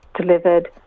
delivered